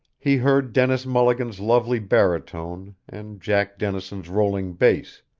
he heard dennis mulligan's lovely baritone and jack dennison's rolling bass,